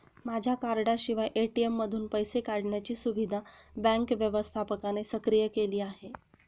माझ्या कार्डाशिवाय ए.टी.एम मधून पैसे काढण्याची सुविधा बँक व्यवस्थापकाने सक्रिय केली आहे